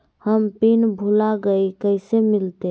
हम पिन भूला गई, कैसे मिलते?